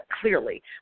clearly